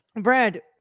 Brad